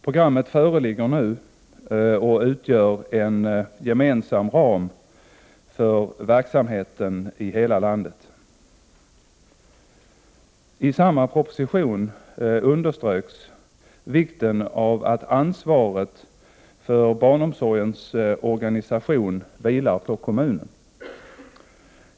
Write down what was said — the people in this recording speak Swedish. Programmet föreligger nu och utgör en gemensam ram för verksamheten i hela landet. I samma proposition underströks vikten av att ansvaret för 39 barnomsorgens organisation vilar på kommunen.